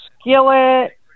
skillet